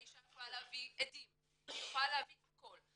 האישה יכולה להביא עדים, היא יכולה להביא הכל.